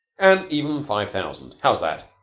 an even five thousand. how's that?